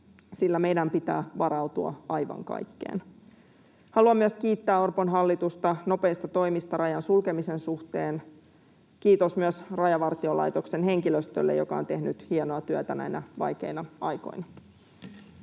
sillä meidän pitää varautua aivan kaikkeen. Haluan myös kiittää Orpon hallitusta nopeista toimista rajan sulkemisen suhteen. Kiitos myös Rajavartiolaitoksen henkilöstölle, joka on tehnyt hienoa työtä näinä vaikeina aikoina.